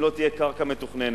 אם לא תהיה קרקע מתוכננת.